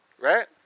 Right